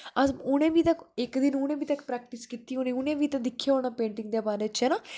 अस उनेंगी बी ते इक दिन उनें बी ते प्रैक्टिस कीती होनी उनं बी ते दिक्खेआ होना पेंटिंग दे बारे च है ना